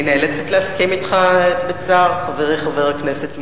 אני נאלצת להסכים אתך בצער, חברי חבר הכנסת מולה.